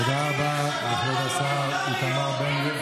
תודה רבה לכבוד השר בן גביר.